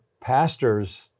pastors